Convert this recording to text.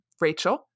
Rachel